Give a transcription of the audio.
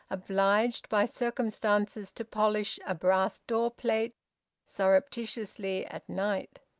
obliged by circumstances to polish a brass door-plate surreptitiously at night!